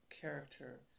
character